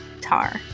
tar